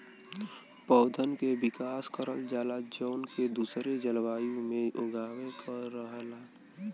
पौधन के विकास करल जाला जौन के दूसरा जलवायु में उगावे के रहला